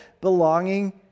belonging